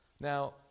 Now